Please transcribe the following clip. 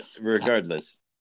regardless